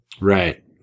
Right